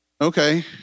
Okay